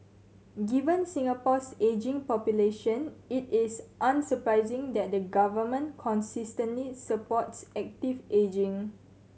given Singapore's ageing population it is unsurprising that the government consistently supports active ageing